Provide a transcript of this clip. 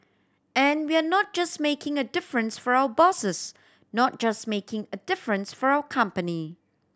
and we are not just making a difference for our bosses not just making a difference for our company